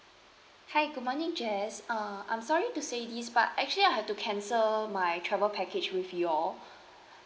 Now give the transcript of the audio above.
hi good morning jess uh I'm sorry to say this but actually I have to cancel my travel package with you all